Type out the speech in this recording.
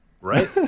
right